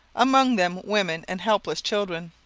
among them women and helpless children.